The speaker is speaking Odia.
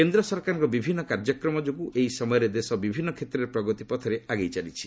କେନ୍ଦ୍ର ସରକାରଙ୍କର ବିଭିନ୍ନ କାର୍ଯ୍ୟକ୍ରମ ଯୋଗୁଁ ଏହି ସମୟରେ ଦେଶ ବିଭିନ୍ନ କ୍ଷେତ୍ରରେ ପ୍ରଗତି ପଥରେ ଆଗେଇ ଚାଲିଛି